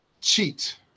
cheat